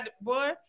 boy